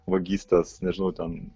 vagystės nežinau ten